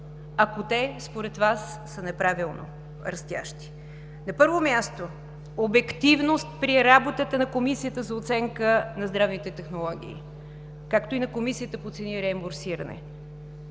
ако те според Вас, са неправилно растящи. На първо място, обективност при работата на Комисията за оценка на здравните технологии, както и на Комисията по цени и реимбурсиране.